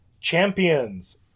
Champions